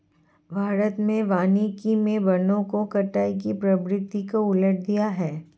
भारत में वानिकी मे वनों की कटाई की प्रवृत्ति को उलट दिया है